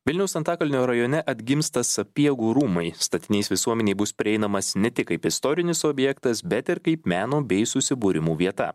vilniaus antakalnio rajone atgimsta sapiegų rūmai statinys visuomenei bus prieinamas ne tik kaip istorinis objektas bet ir kaip meno bei susibūrimų vieta